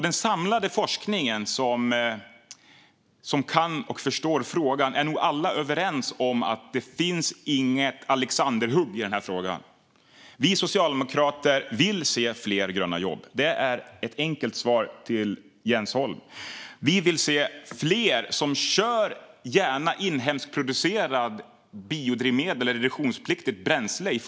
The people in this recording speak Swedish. Den samlade forskningen, som kan och förstår frågan, är nog alla överens om att det inte finns något alexanderhugg i den här frågan. Vi socialdemokrater vill se fler gröna jobb. Det är ett enkelt svar till Jens Holm. Vi vill att fler kör fordon med, gärna inhemskt producerat, biodrivmedel eller reduktionspliktigt bränsle.